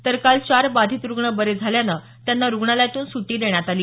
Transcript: तर काल चार बाधित रुग्ण बरे झाल्यानं त्यांना रुग्णालयातून सुटी देण्यात आली